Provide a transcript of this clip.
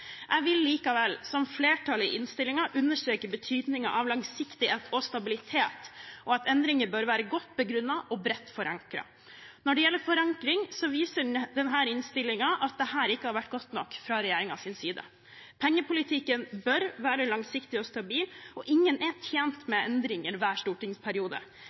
Jeg vil likevel – som flertallet i innstillingen – understreke betydningen av langsiktighet og stabilitet, og at endringer bør være godt begrunnet og bredt forankret. Når det gjelder forankring, viser denne innstillingen at dette ikke har vært godt nok fra regjeringens side. Pengepolitikken bør være langsiktig og stabil. Ingen er tjent med endringer hver stortingsperiode.